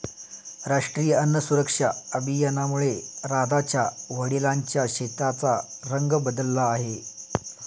राष्ट्रीय अन्न सुरक्षा अभियानामुळे राधाच्या वडिलांच्या शेताचा रंग बदलला आहे